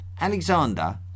Alexander